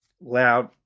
loud